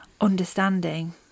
understanding